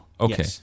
Okay